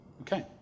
Okay